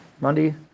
Monday